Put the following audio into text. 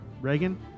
Reagan